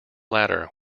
latter